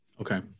Okay